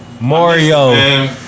Mario